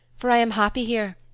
for i am happy here,